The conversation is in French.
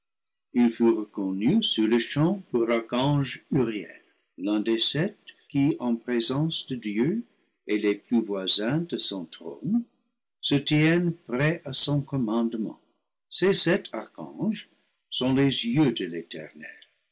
reconnu sur-le-champ pour l'archange uriel l'un des sept qui en présence de dieu et les plus voisins de son trône se tiennent prêts à son commandement ces sept archanges sont les yeux de l'eternel